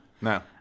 No